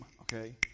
okay